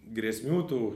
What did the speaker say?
grėsmių tų